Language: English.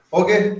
okay